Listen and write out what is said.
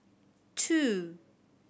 two